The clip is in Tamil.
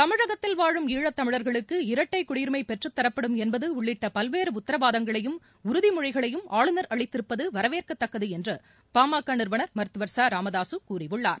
தமிழகத்தில் வாழும் ஈழத் தமிழர்களுக்கு இரட்டை குடியுரிமை பெற்றுத் தரப்படும் என்பது உள்ளிட்ட பல்வேறு உத்தரவாதங்களையும் உறுதிமொழிகளையும் ஆளுநர் அளித்திருப்பது வரவேற்கத்தக்கது என்று பாமக நிறுவனர் மருத்துவர் ச ராமதாசு கூறியுள்ளார்